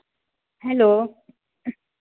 hello